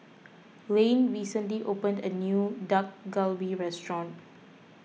Layne recently opened a new Dak Galbi restaurant